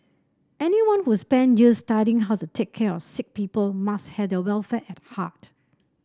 anyone who spend years studying how to take care of sick people must have their welfare at heart